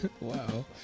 Wow